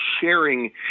sharing